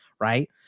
Right